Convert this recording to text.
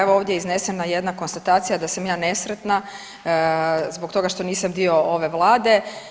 Evo ovdje je iznesena jedna konstatacija da sam ja nesretna zbog toga što nisam dio ove vlade.